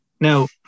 Now